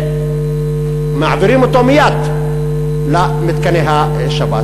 ומעבירים אותו מייד למתקני השב"ס?